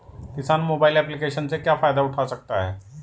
किसान mobile application से क्या फायदा उठा सकता है?